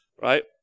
right